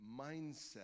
mindset